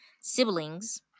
Siblings